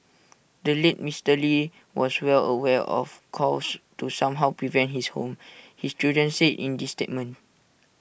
the late Mister lee was well aware of calls to somehow prevent his home his children said in the statement